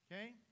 Okay